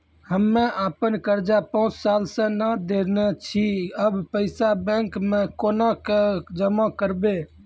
हम्मे आपन कर्जा पांच साल से न देने छी अब पैसा बैंक मे कोना के जमा करबै?